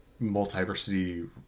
multiversity